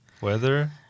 weather